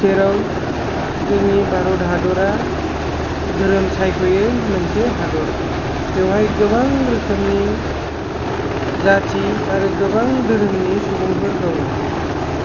जेराव जोंनि भारत हादोरआ धोरोम सायख'यै मोनसे हादोर बेवहाय गोबां रोखोमनि जाथि आरो गोबां धोरोमनि सुबुंफोर दङ